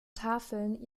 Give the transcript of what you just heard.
tafeln